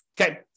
Okay